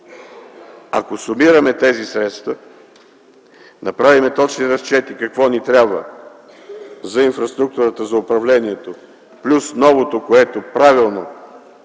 Ако сумираме тези средства, направим точни разчети какво ни трябва за инфраструктурата за управлението плюс новото, което правилно